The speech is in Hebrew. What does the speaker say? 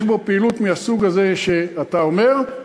יש בו פעילות מהסוג הזה שאתה אומר,